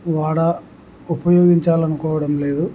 వాడ ఉపయోగించాలని అనుకోవడం లేదు